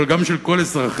אבל גם של כל אזרחיה,